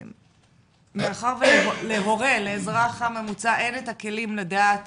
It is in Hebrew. מאחר שלהורה, לאזרח הממוצע אין הכלים לדעת